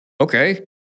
Okay